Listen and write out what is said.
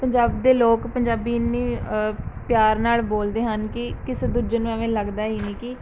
ਪੰਜਾਬ ਦੇ ਲੋਕ ਪੰਜਾਬੀ ਇੰਨੀ ਪਿਆਰ ਨਾਲ਼ ਬੋਲਦੇ ਹਨ ਕਿ ਕਿਸੇ ਦੂਜੇ ਨੂੰ ਐਵੇਂ ਲੱਗਦਾ ਹੀ ਨਹੀਂ ਕਿ